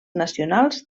nacionals